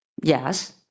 Yes